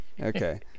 okay